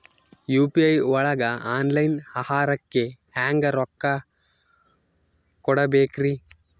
UPI ಒಳಗ online ಆಹಾರಕ್ಕೆ ಹೆಂಗ್ ರೊಕ್ಕ ಕೊಡಬೇಕ್ರಿ?